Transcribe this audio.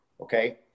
Okay